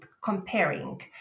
comparing